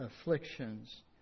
afflictions